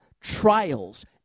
trials